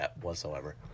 whatsoever